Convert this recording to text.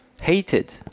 Hated